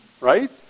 right